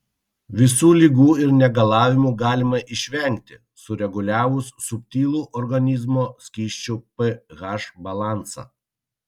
visų ligų ir negalavimų galima išvengti sureguliavus subtilų organizmo skysčių ph balansą